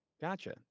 Gotcha